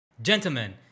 Gentlemen